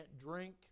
drink